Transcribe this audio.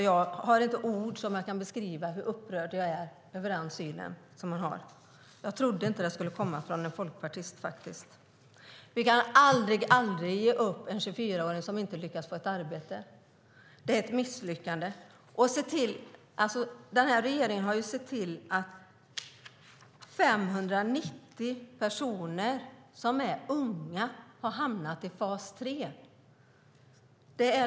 Jag har inte ord nog att beskriva hur upprörd jag är över det synsätt han har. Jag trodde inte något sådant skulle komma från en folkpartist. Vi kan aldrig någonsin ge upp en 24-åring som inte lyckas få ett arbete. Det vore ett misslyckande. Regeringen har sett till att 590 unga personer hamnat i fas 3.